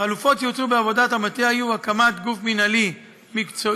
החלופות שהוצעו בעבודת המטה היו: הקמת גוף מינהלי מקצועי